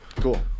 Cool